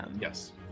yes